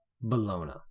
Bologna